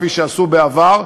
כפי שעשו בעבר,